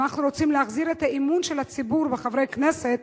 אם אנחנו רוצים להחזיר את האמון של הציבור בחברי הכנסת,